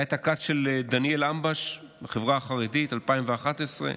הייתה הכת של דניאל אמבש בחברה החרדית, 2011,